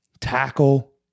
tackle